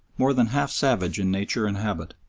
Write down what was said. more than half savage in nature and habit,